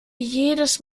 jedes